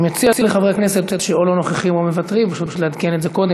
אני מציע לחברי הכנסת שלא נוכחים או שמוותרים פשוט לעדכן את זה קודם,